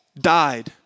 died